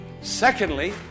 Secondly